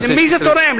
למי זה תורם?